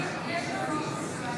איזנקוט,